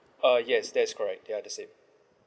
uh yes that is correct ya that's it